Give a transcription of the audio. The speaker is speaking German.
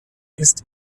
ist